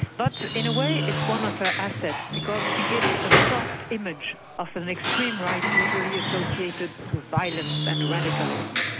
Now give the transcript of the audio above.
but, in a way it's one of her assets, because because she gives a soft image of an extreme right, usually associated to violence and radicalism.